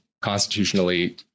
constitutionally